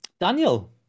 Daniel